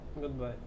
Goodbye